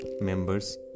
members